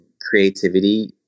creativity